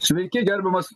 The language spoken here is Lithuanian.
sveiki gerbiamas